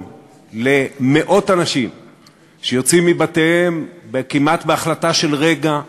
למאות אנשים שיוצאים מבתיהם כמעט בהחלטה של רגע,